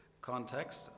context